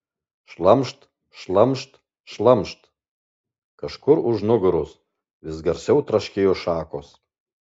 šlamšt šlamšt šlamšt kažkur už nugaros vis garsiau traškėjo šakos